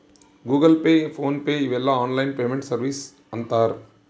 Google Pay PhonePe ಇವೆಲ್ಲ online payment services ಅಂತರ್